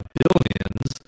billions